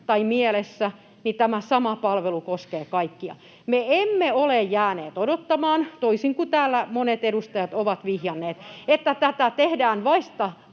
tai mielessä, niin tämä sama palvelu koskee kaikkia. Me emme ole jääneet odottamaan, toisin kuin täällä monet edustajat ovat vihjanneet, [Ben